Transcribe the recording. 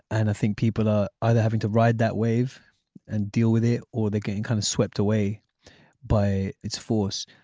and i think people are either having to ride that wave and deal with it or they get kind of swept away by its force.